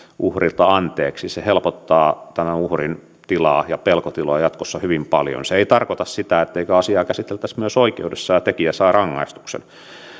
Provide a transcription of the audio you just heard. uhrilta anteeksi se helpottaa tämän uhrin tilaa ja pelkotiloja jatkossa hyvin paljon se ei tarkoita sitä etteikö asiaa käsiteltäisi myös oikeudessa ja tekijä saisi rangaistuksen